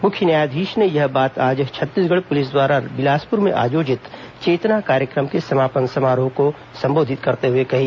मुख्य न्यायाधीश ने यह बात आज छत्तीसगढ़ पुलिस द्वारा बिलासपुर में आयोजित चेतना कार्यक्रम के समापन समारोह को संबोधित करते हुए कही